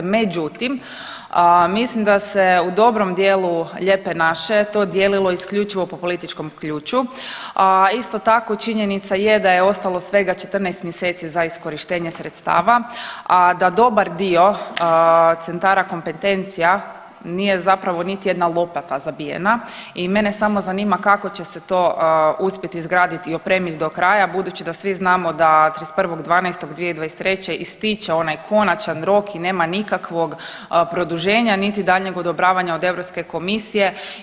Međutim, mislim da se u dobrom dijelu lijepe naše to dijelilo isključivo po političkom ključu, a isto tako činjenica je da ostalo svega 14 mjeseci za iskorištenje sredstava, a da dobar dio centara kompetencija nije zapravo niti jedna lopata zabijena i mene samo zanima kako će se to uspjeti izgraditi i opremiti do kraja budući da svi znamo da 31.12.'23. ističe onaj konačan rok i nema nikakvog produženja niti daljnjeg odobravanja od Europske komisije.